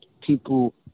people